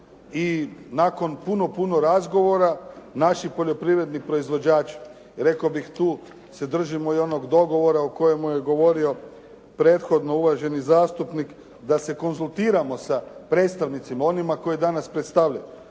i nakon puno puno razgovora naš je poljoprivredni proizvođač rekao bih tu se držimo i onog dogovora o kojemu je govorio prethodno uvaženi zastupnik, da se konzultiramo sa predstavnicima, onima koje danas predstavljaju.